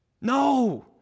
No